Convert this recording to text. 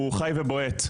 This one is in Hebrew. הוא חי ובועט.